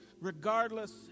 regardless